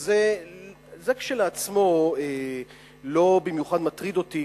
זה כשלעצמו לא במיוחד מטריד אותי,